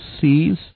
sees